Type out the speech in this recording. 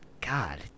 god